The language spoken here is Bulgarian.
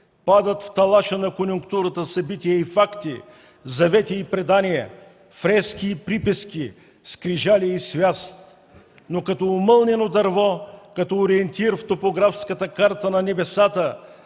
падат в талаша на конюнктурата събития и факти, завети и предания, фрески и приписки, скрижали и свяст, но като омълнено дърво, като ориентир в топографската карта на небесата,